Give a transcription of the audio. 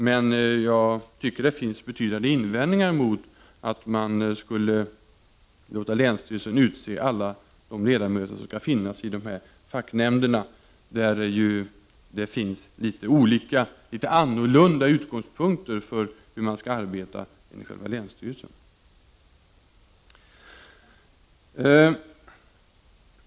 Men jag tycker att det finns betydande invändningar mot att man skulle låta länsstyrelsen utse alla ledamöter i facknämnderna. Där finns det ju litet annorlunda utgångspunkter när det gäller hur man skall arbeta än i själva länsstyrelsen.